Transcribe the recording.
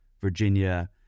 Virginia